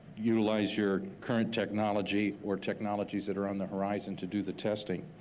utilize your current technology or technologies that are on the horizon to do the testing.